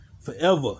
Forever